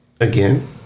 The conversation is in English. again